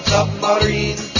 Submarine